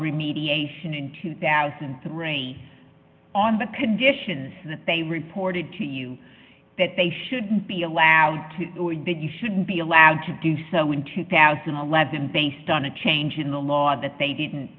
remediation in two thousand and three on the condition that they reported to you that they shouldn't be allowed to you shouldn't be allowed to do so in two thousand and eleven based on a change in the law that they didn't